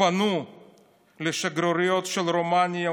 פנו לשגרירויות של רומניה,